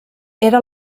era